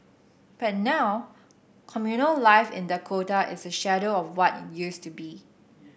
but now communal life in Dakota is a shadow of what it used to be